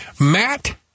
Matt